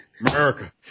America